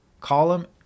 column